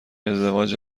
ازدواج